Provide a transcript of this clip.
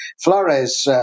Flores